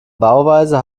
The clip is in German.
bauweise